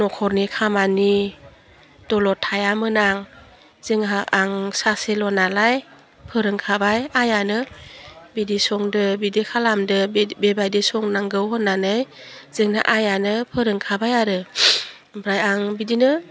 नखरनि खामानि दलद थायामोन आं जोंहा आं सासेल' नालाय फोरोंखाबाय आइयानो बिदि संदों बिदि खालामदों बे बेबायदि संनांगौ होनानै जोंना आइयानो फोरोंखाबाय आरो आमफ्राइ आं बिदिनो